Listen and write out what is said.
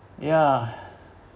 yeah